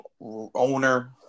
owner